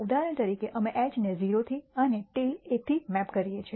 ઉદાહરણ તરીકે અમે H ને 0 થી અને ટેઈલ 1 થી મેપ કર્યે છે